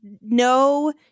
no